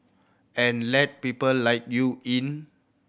and let people like you in